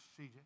CJ